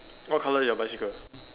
what colour your bicycle